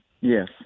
Yes